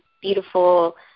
beautiful